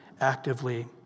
actively